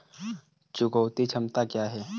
चुकौती क्षमता क्या है?